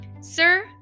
Sir